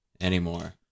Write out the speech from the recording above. anymore